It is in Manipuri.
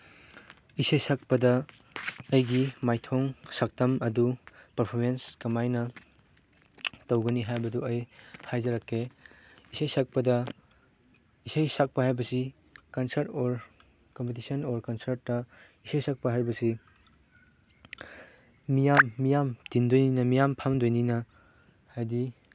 ꯏꯁꯩ ꯁꯛꯄꯗ ꯑꯩꯒꯤ ꯃꯥꯏꯊꯣꯡ ꯁꯛꯇꯝ ꯑꯗꯨ ꯄꯔꯐꯣꯔꯃꯦꯟꯁ ꯀꯃꯥꯏꯅ ꯇꯧꯒꯅꯤ ꯍꯥꯏꯕꯗꯨ ꯑꯩ ꯍꯥꯏꯖꯔꯛꯀꯦ ꯏꯁꯩ ꯁꯛꯄꯗ ꯏꯁꯩ ꯁꯛꯄ ꯍꯥꯏꯕꯁꯤ ꯀꯟꯁꯔꯠ ꯑꯣꯔ ꯀꯝꯄꯤꯇꯤꯁꯟ ꯑꯣꯔ ꯀꯟꯁꯔꯠꯇ ꯏꯁꯩ ꯁꯛꯄ ꯍꯥꯏꯕꯁꯤ ꯃꯤꯌꯥꯝ ꯃꯤꯌꯥꯝ ꯇꯤꯟꯗꯣꯏꯅꯤꯅ ꯃꯤꯌꯥꯝ ꯐꯝꯗꯣꯏꯅꯤꯅ ꯍꯥꯏꯗꯤ